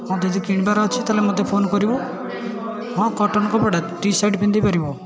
ହଁ ଯଦି କିଣିବାର ଅଛି ତା'ହେଲେ ମୋତେ ଫୋନ୍ କରିବୁ ହଁ କଟନ୍ କପଡ଼ା ଟିଶାର୍ଟ ପିନ୍ଧିପାରିବ